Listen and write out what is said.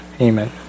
Amen